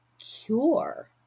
cure